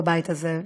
בבית הזה.